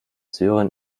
sören